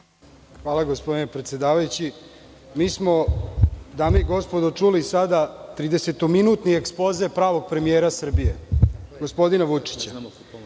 vam gospodine predsedavajući. Mi smo, dame i gospodo čuli sada tridesetominutni ekspoze pravog premijera Srbije, gospodina Vučića